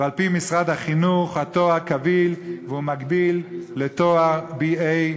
על-פי משרד החינוך התואר קביל והוא מקביל לתואר BA,